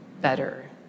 better